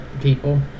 people